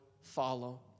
follow